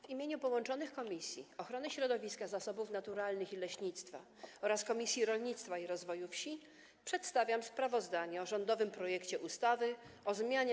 W imieniu połączonych Komisji: Ochrony Środowiska, Zasobów Naturalnych i Leśnictwa oraz Rolnictwa i Rozwoju Wsi przedstawiam sprawozdanie o rządowym projekcie ustawy o zmianie